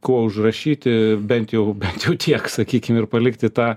kuo užrašyti bent jau bent jau tiek sakykim ir palikti tą